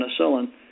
penicillin